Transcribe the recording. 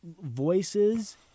voices